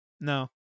No